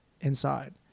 inside